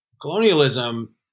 Colonialism